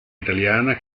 italiana